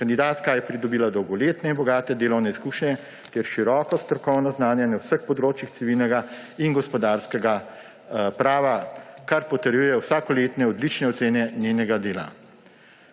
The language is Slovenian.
Kandidatka je pridobila dolgoletne in bogate delovne izkušnje ter široko strokovno znanje na vseh področjih civilnega in gospodarskega prava, kar potrjujejo vsakoletne odlične ocene njenega dela.